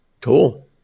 Cool